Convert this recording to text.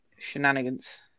shenanigans